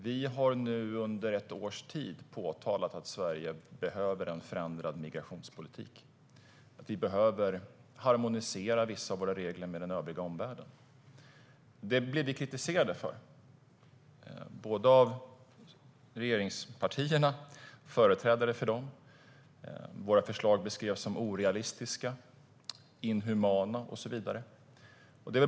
Vi har under ett års tid pekat på att Sverige behöver en förändrad migrationspolitik, att vi behöver harmonisera vissa av våra regler med övriga omvärlden. Det blev vi kritiserade för av företrädare för regeringspartierna. Våra förslag beskrevs som orealistiska, inhumana och så vidare.